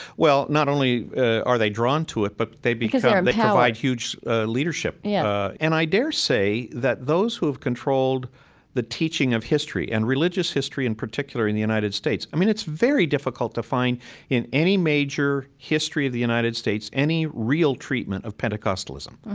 well, not only are they drawn to it, but they become provide, because they're empowered, huge leadership. yeah and i dare say that those who have controlled the teaching of history, and religious history in particular, in the united states i mean, it's very difficult to find in any major history of the united states, any real treatment of pentecostalism.